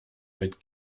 mit